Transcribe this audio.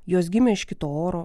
jos gimė iš kito oro